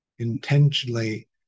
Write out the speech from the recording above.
intentionally